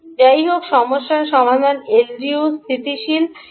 যাইহোক সমস্যার সমাধান এলডিওর স্থিতিশীলতা